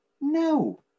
no